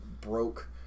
broke